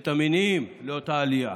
ואת המניעים לאותה עלייה.